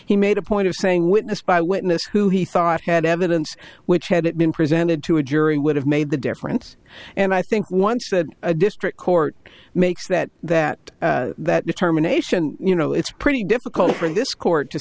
he made a point of saying witness by witness who he thought had evidence which had it been presented to a jury would have made the difference and i think once said a district court makes that that that determination you know it's pretty difficult for this court to